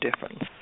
difference